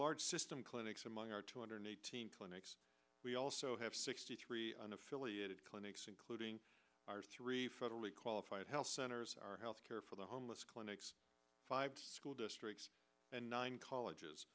large system clinics among our two hundred eighteen clinics we also have sixty three unaffiliated clinics including three federally qualified health centers are health care for the homeless clinics five school district and nine colleges